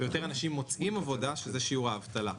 ויותר אנשים מוצאים עבודה, שזה שיעור האבטלה.